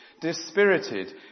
dispirited